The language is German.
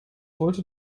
wollte